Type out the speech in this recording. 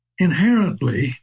inherently